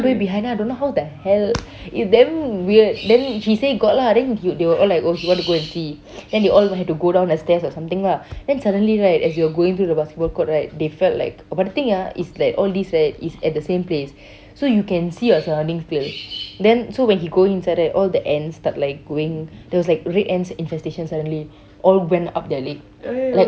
all the way behind then I don't know how the hell it's damn weird then he say got lah then he they were like oh he want to go and see then they all had to go down the stairs or something ah then suddenly right as they were going through the basketball court right they felt like but the thing ah is that all these right is at the same place so you can see your surroundings clear then so when he go inside right all the ants start like going there was like red ants infestation suddenly all went up their leg